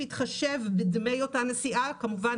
בהתחשב בדמי אותה נסיעה" כמובן,